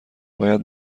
باید